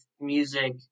music